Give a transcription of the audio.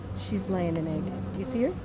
she's laying an egg. do you see her?